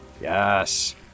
Yes